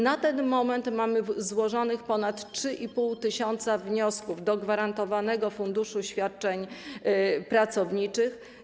Na ten moment mamy złożonych ponad 3,5 tys. wniosków do gwarantowanego funduszu świadczeń pracowniczych.